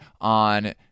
on